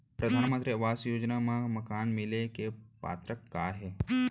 परधानमंतरी आवास योजना मा मकान मिले के पात्रता का हे?